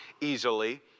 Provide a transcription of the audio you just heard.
easily